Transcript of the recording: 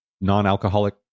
non-alcoholic